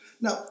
Now